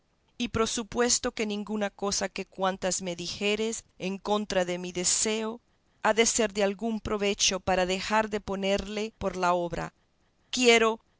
y prosupuesto que ninguna cosa de cuantas me dijeres en contra de mi deseo ha de ser de algún provecho para dejar de ponerle por la obra quiero